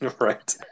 right